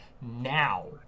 now